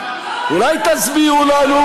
לא,